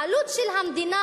העלות של המדינה,